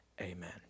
Amen